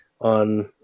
on